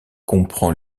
comprend